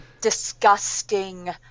Disgusting